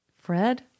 Fred